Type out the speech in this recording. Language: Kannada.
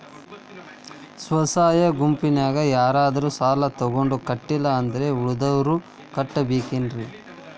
ಸ್ವ ಸಹಾಯ ಗುಂಪಿನ್ಯಾಗ ಯಾರಾದ್ರೂ ಸಾಲ ತಗೊಂಡು ಕಟ್ಟಿಲ್ಲ ಅಂದ್ರ ಉಳದೋರ್ ಕಟ್ಟಬೇಕೇನ್ರಿ?